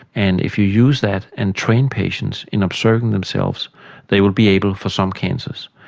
and if you use that and train patients in observing themselves they will be able, for some cancers,